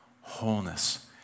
wholeness